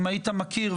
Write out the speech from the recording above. אם היית מכיר,